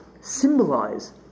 symbolize